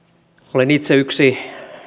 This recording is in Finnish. olen itse yksi